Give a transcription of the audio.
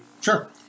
Sure